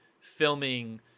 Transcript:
filming